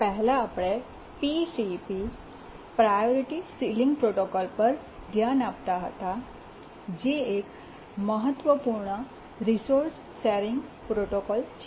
પહેલાં આપણે PCP priority ceiling protocol પર ધ્યાન આપતા હતા જે એક મહત્વપૂર્ણ રિસોર્સ શેરિંગ પ્રોટોકોલ છે